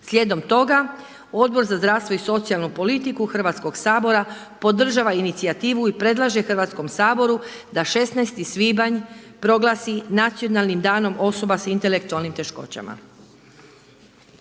Slijedom toga Odbor za zdravstvo i socijalnu politiku Hrvatskog sabora podržava inicijativu i predlaže Hrvatskom saboru da 16. svibanj proglasi Nacionalnim danom osoba sa intelektualnim teškoćama.